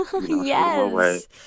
Yes